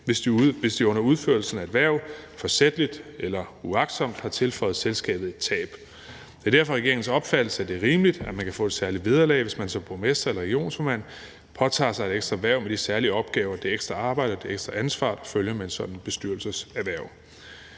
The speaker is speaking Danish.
hvis de under udførelsen af et hverv forsætligt eller uagtsomt har tilføjet selskabet et tab. Det er derfor regeringens opfattelse, at det er rimeligt, at man kan få et særligt vederlag, hvis man som borgmester eller regionsformand påtager sig et ekstra hverv med de særlige opgaver, det ekstra arbejde og det ekstra ansvar, der følger med et sådan bestyrelseshverv.